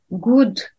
good